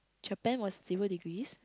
Japan was zero degrees